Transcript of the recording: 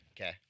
Okay